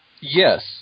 yes